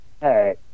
Hey